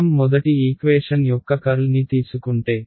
మనం మొదటి ఈక్వేషన్ యొక్క కర్ల్ని తీసుకుంటే